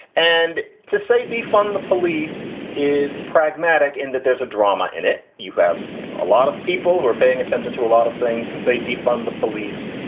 and to say defund the police is pragmatic in that there's a drama in it. you have a lot of people who are paying attention to a lot of things to say, defund the police,